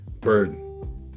burden